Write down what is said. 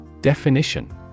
Definition